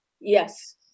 Yes